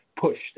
pushed